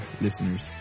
listeners